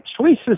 choices